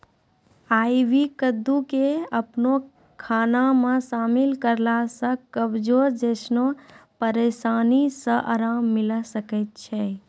आइ.वी कद्दू के अपनो खाना मे शामिल करला से कब्जो जैसनो परेशानी से अराम मिलै सकै छै